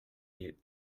need